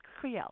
Creel